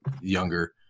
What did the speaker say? younger